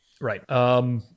Right